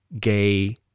gay